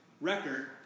record